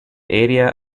area